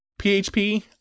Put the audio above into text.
PHP